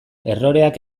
erroreak